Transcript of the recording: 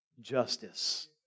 justice